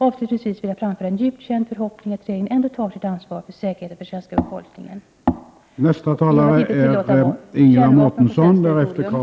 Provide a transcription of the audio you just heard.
Avslutningsvis vill jag framföra en djupt känd förhoppning att regeringen ändå tar sitt ansvar för säkerheten för den svenska befolkningen och inte tillåter kärnvapen på svenskt territorium.